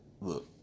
look